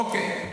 אוקיי.